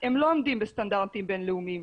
הם לא עומדים בסטנדרטים בין-לאומיים.